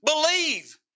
believe